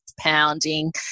pounding